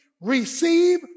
receive